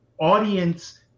audience